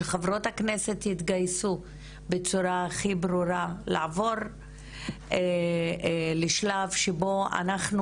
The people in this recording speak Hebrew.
שחברות הכנסת יתגייסו בצורה הכי ברורה לעבור לשלב שבו אנחנו